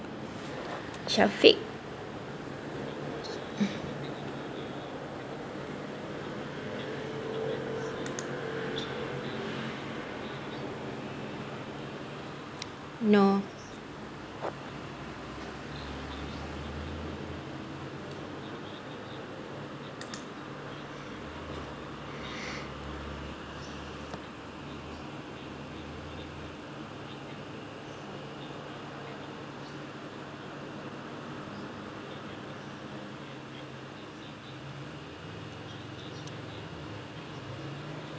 shafiq no